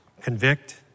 Convict